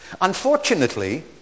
Unfortunately